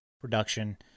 production